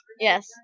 Yes